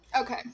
Okay